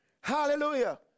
Hallelujah